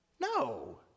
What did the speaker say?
No